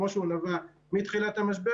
כמו שהוא היה מתחילת המשבר,